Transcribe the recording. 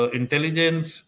intelligence